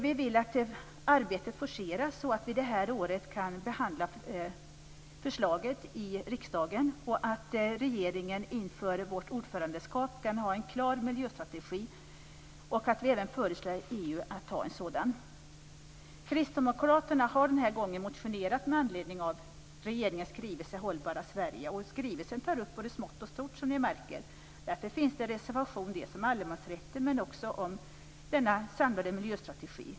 Vi vill att det arbetet forceras så att vi det här året kan behandla förslaget i riksdagen, att regeringen inför vårt ordförandeskap kan ha en klar miljöstrategi samt att vi även föreslår EU att ha en sådan. Kristdemokraterna har den här gången motionerat med anledning av regeringens skrivelse Hållbara Sverige. Skrivelsen tar upp både smått och stort, som ni märker. Därför finns det en reservation om allemansrätten och en om den samlade miljöstrategin.